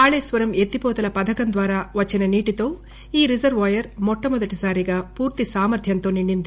కాళేశ్వరం ఎత్తిపోతల పథకం ద్వారా వచ్చిన నీటితో ఈ రిజర్వాయర్ మొట్టమొదటి సారి పూర్తి సామర్వంలో నిండింది